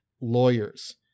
lawyers